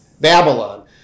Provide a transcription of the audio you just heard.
Babylon